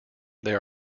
there